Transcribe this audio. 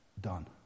done